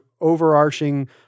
overarching